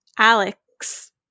Alex